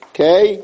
Okay